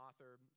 author